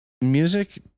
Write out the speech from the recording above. music